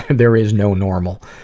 and there is no normal.